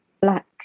black